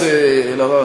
חברת הכנסת אלהרר,